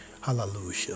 Hallelujah